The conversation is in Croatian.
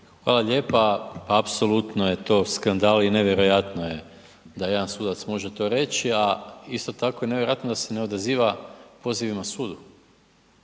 Hvala lijepa. Apsolutno je to skandal i nevjerojatno je da jedan sudac to može reći, a isto tako je nevjerojatno da se ne odaziva pozivima sudu.